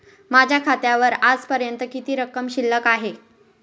माझ्या खात्यावर आजपर्यंत किती रक्कम शिल्लक आहे?